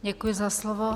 Děkuji za slovo.